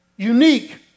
Unique